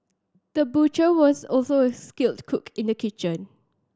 the butcher was also a skilled cook in the kitchen